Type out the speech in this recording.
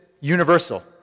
universal